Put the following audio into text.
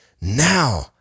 now